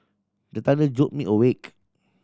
the thunder jolt me awake